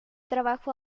trabajo